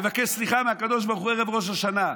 לבקש סליחה מהקדוש ברוך הוא ערב ראש השנה.